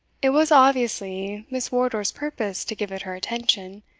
it was obviously miss wardour's purpose to give it her attention,